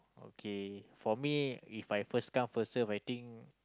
okay for me If I first come first serve I think